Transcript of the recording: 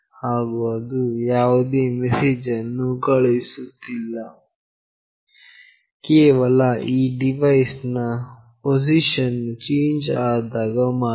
ಹಾಗು ಅದು ಯಾವುದೇ ಮೆಸೇಜ್ ಅನ್ನು ಕಳುಹಿಸುವುದಿಲ್ಲ ಕೇವಲ ಈ ಡಿವೈಸ್ ನ ಪೊಸಿಷನ್ ವು ಚೇಂಜ್ ಆದಾಗ ಮಾತ್ರ